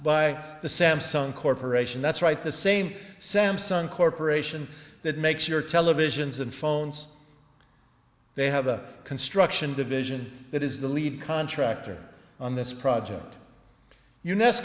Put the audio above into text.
by the samsung corporation that's right the same samsung corporation that makes your televisions and phones they have a construction division that is the lead contractor on this project you